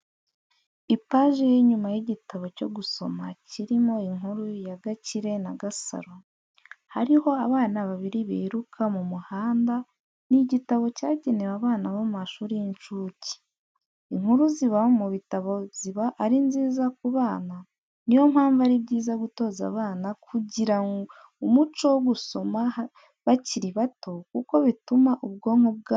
Ipaji y'inyuma y'igitabo cyo gusoma kirimo inkuru ya Gakire na Gasaro, hariho abana babiri biruka mu muhanda, ni igitabo cyagenewe abana bo mu mashuri y'inshuke. Inkuru ziba mu bitabo ziba ari nziza ku bana, niyo mpamvu ari byiza gutoza abana kugira umuco wo gusoma bakiri bato kuko bituma ubwonko bwabo bwaguka.